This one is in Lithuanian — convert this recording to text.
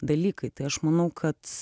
dalykai tai aš manau kad